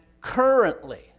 currently